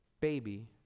baby